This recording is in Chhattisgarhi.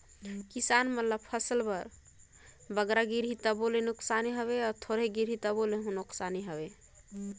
किसान मन ल फसिल बर बगरा गिरही तबो ले नोसकानी हवे, थोरहें गिरही तबो ले नोसकानी हवे